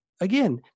again